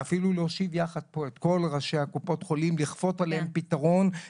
אפילו להושיב יחד פה את כל ראשי קופות החולים ולכפות עליהם פתרון,